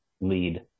lead